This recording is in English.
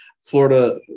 Florida